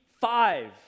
five